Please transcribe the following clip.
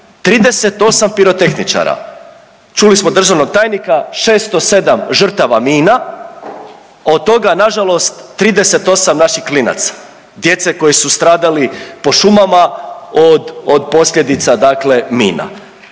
38 pirotehničara. Čuli smo državnog tajnika, 607 žrtava mina, a od toga nažalost 38 naših klinaca, djece koja su stradali po šumama od posljedica